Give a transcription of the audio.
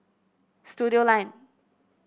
Studioline